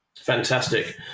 Fantastic